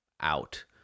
out